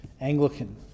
Anglican